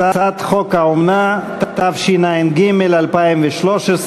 הצעת חוק האומנה, התשע"ג 2013,